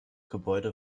gebäude